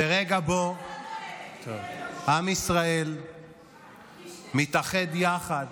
זה רגע שבו עם ישראל מתאחד יחד